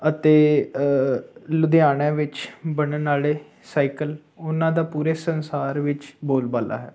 ਅਤੇ ਲੁਧਿਆਣੇ ਵਿੱਚ ਬਣਨ ਵਾਲੇ ਸਾਈਕਲ ਉਹਨਾਂ ਦਾ ਪੂਰੇ ਸੰਸਾਰ ਵਿੱਚ ਬੋਲਬਾਲਾ ਹੈ